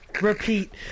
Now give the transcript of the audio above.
Repeat